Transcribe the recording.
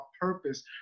purpose